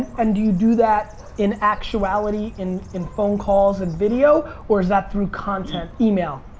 and do you do that in actuality? in in phone calls and video? or is that through content email?